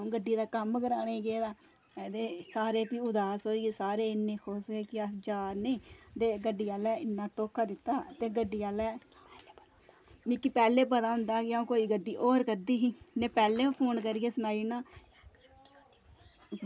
कि गड्डी दा कम्म कराने गी गेदा सारे भी उदास होई गे सारे इन्ने खुश हे कि गड्डी आह्ले इन्ना धोखा दित्ता ते गड्डी आह्ले मिगी पैह्लें पता होंदा हा ते अंऊ गड्डी होर करदी ही में पैह्लें फोन करियै सनाई ओड़ना हा